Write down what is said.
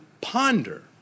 ponder